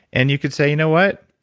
and you could say, you know what?